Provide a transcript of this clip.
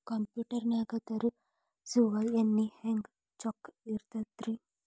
Computer ನಾಗ ತರುಸುವ ಎಣ್ಣಿ ಹೆಂಗ್ ಚೊಕ್ಕ ಇರತ್ತ ರಿ?